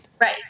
Right